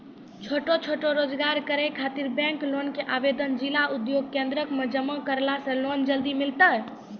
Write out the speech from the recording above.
छोटो छोटो रोजगार करै ख़ातिर बैंक लोन के आवेदन जिला उद्योग केन्द्रऽक मे जमा करला से लोन जल्दी मिलतै?